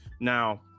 Now